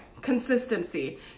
consistency